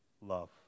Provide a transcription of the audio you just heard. love